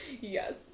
Yes